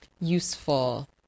useful